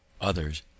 others